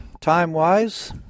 time-wise